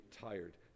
tired